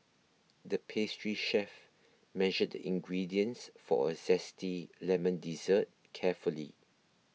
the pastry chef measured the ingredients for a Zesty Lemon Dessert carefully